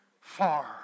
far